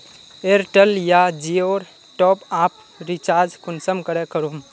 Airtel या जियोर top आप रिचार्ज कुंसम करे करूम?